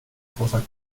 großer